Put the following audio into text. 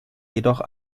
jedoch